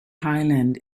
highland